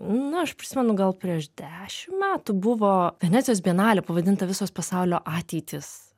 nu aš prisimenu gal prieš dešimt metų buvo venecijos bienalė pavadinta visos pasaulio ateitys